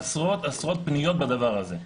יש עשרות פניות על הדבר הזה.